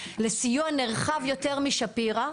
לסיוע נרחב יותר משפירא.